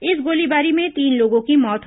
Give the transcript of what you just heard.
इस गोलीबारी में तीन लोगों की मौत हो गई